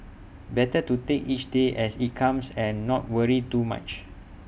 better to take each day as IT comes and not worry too much